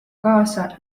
kaasa